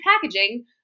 packaging